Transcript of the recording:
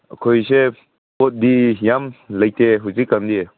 ꯑꯩꯈꯣꯏꯁꯦ ꯄꯣꯠꯇꯤ ꯌꯥꯝ ꯂꯩꯇꯦ ꯍꯧꯖꯤꯛꯀꯥꯟꯗꯤ